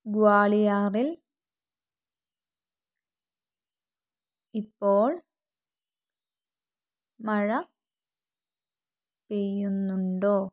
ഗ്വാളിയാറിൽ ഇപ്പോൾ മഴ പെയ്യുന്നുണ്ടോ